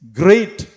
great